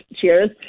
cheers